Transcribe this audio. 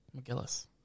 McGillis